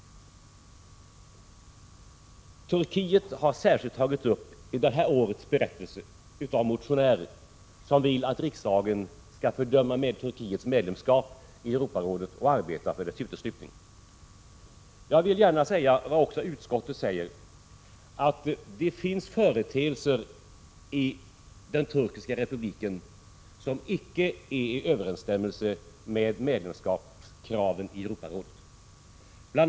Turkiet har särskilt tagits upp i anslutning till detta års berättelse av motionärer, som vill att riksdagen skall fördöma Turkiets medlemskap i Europarådet och arbeta för landets uteslutning. Jag vill gärna säga, som utskottet gör, att det finns företeelser i den turkiska republiken som inte är i överensstämmelse med kraven för medlemskap i Europarådet. Bl.